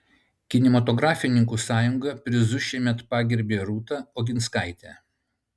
kinematografininkų sąjunga prizu šiemet pagerbė rūta oginskaitę